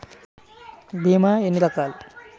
భీమ ఎన్ని రకాలు?